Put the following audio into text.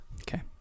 Okay